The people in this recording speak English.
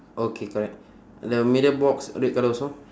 okay correct the middle box red colour also